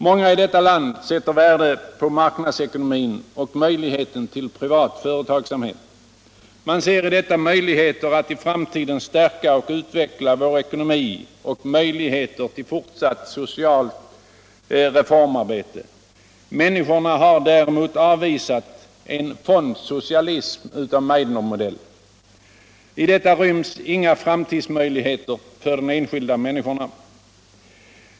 Många i detta land sätter värde på marknadsekonomin och möjligheten till privat företagsamhet. Man ser i detta förutsättningar för att i framtiden stärka och utveckta vår ekonomi och för fortsatt socialt reformarbete. Miänniskorna har däremot avvisat en fondsocialism av Meidnermodell. Allmänpolitisk debatt Allmänpolitisk debatt I detta rvms inga framtidsmöjligheter för de enskilda människorna.